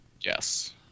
Yes